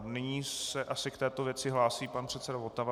Nyní se asi k této věci hlásí pan předseda Votava.